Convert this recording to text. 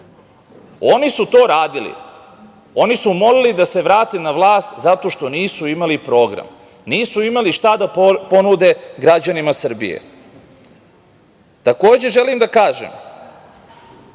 Oni su to radili. Oni su molili da se vrate na vlast zato što nisu imali program, nisu imali šta da ponude građanima Srbije. Takođe, želim da kažem,